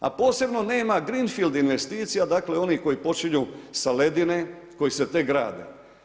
A posebno nema greenfield investicija, dakle onih koji počinju sa ledine, koji se tek grade.